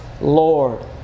Lord